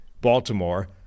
Baltimore